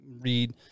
read